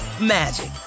magic